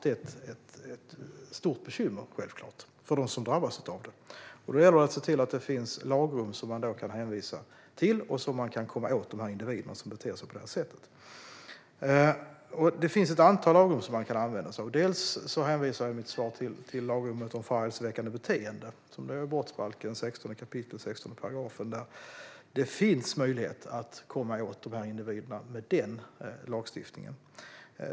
Det gäller att se till att det finns lagrum som man kan hänvisa till så att man kan komma åt de individer som beter sig på det sättet. Det finns ett antal lagrum som man kan använda sig av. Jag hänvisade i mitt svar till lagrummet om förargelseväckande beteende i brottsbalkens 16 kap. 16 §. Det finns möjlighet att komma åt de individerna med den lagstiftningen.